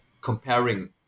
comparing